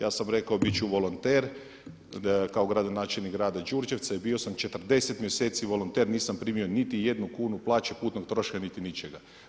Ja sam rekao bit ću volonter kao gradonačelnik grada Đurđevca i bio sam 40 mjeseci volonter nisam primio niti jednu kunu plaće, putnog troška, niti ničega.